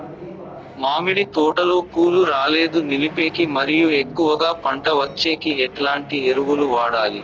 మామిడి తోటలో పూలు రాలేదు నిలిపేకి మరియు ఎక్కువగా పంట వచ్చేకి ఎట్లాంటి ఎరువులు వాడాలి?